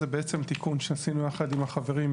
זה בעצם תיקון שעשינו יחד עם החברים,